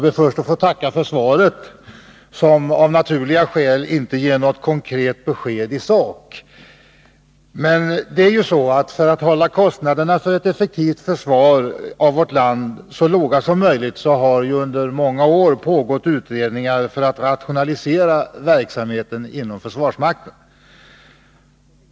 Isyfte att hålla kostnaderna för ett effektivt försvar av vårt land så låga som möjligt pågår utredningar för att rationalisera verksamheten inom vår försvarsmakt.